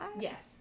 Yes